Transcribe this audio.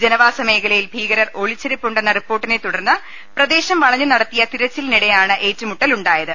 ജനവാസ മേഖലയിൽ ഭീക രർ ഒളിച്ചിരിപ്പുണ്ടെന്ന റിപ്പോർട്ടിനെ തുടർന്ന് പ്രദേശം വളഞ്ഞു നടത്തിയ തിരച്ചിലിനിടയിലാണ് ഏറ്റുമുട്ടലുണ്ടായത്